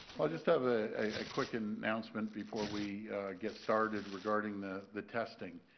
i just have ah a quick and announcement before we get started, regarding the the testing.